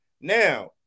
Now